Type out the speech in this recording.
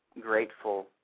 Grateful